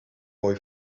boy